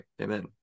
amen